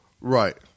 Right